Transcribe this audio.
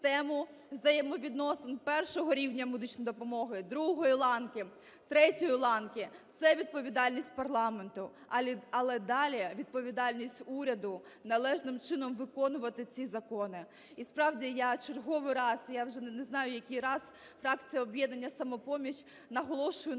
взаємовідносин першого рівня медичної допомоги, другої ланки, третьої ланки. Це відповідальність парламенту. Але далі відповідальність уряду – належним чином виконувати ці закони. І справді я черговий раз, я вже не знаю який раз фракція "Об'єднання "Самопоміч" наголошує на тому,